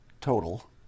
total